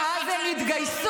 -- ואז הם יתגייסו,